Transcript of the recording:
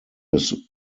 his